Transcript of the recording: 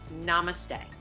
Namaste